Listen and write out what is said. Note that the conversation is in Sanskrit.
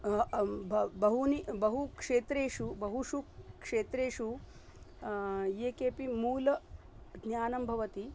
ब बहूनि बहुक्षेत्रेषु बहुषु क्षेत्रेषु ये केपि मूलज्ञानं भवति